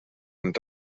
und